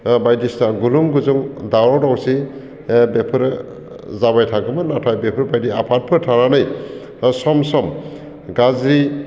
बायदिसिना गुलुं गुजुं दावराव दावसि बेफोरो जाबाय थागोमोन नाथाय बेफोरबायदि आफादफोर थानानै बा सम सम गाज्रि